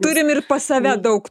turime ir pas save daug